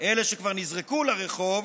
אלו שכבר נזרקו לרחוב,